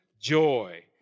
joy